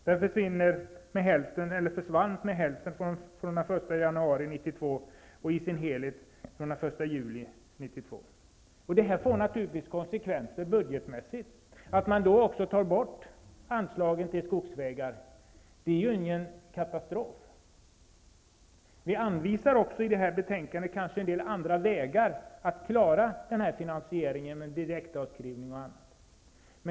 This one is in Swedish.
Den försvann till hälften den första januari 1992, och den försvinner i sin helhet den första juli 1992. Detta får naturligtvis konsekvenser budgetmässigt. Att man då också tar bort anslaget till skogsvägar är ju ingen katastrof. Vi anvisar också i betänkandet en del andra vägar att gå för att klara finansieringen, exempelvis direktavskrivning.